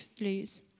lose